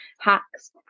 hacks